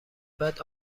بعد